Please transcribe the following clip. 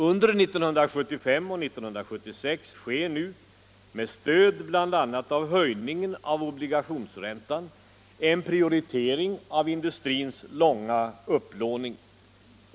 Under 1975 och 1976 sker nu — med stöd bl.a. av höjningen av obligationsräntan — en prioritering av industrins långa upplåning.